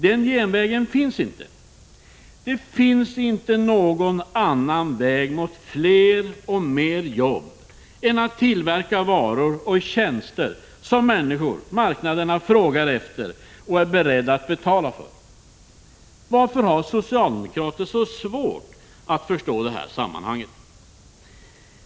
Den genvägen finns inte. Det finns inte någon annan väg mot fler jobb än att tillverka varor och tjänster som människorna-marknaderna frågar efter och är beredda att betala för. Varför har socialdemokrater så svårt att förstå det här sammanhanget?